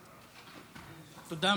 תודה.